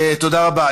תודה רבה.